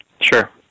Sure